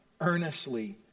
Earnestly